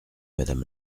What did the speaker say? madame